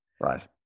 right